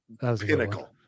pinnacle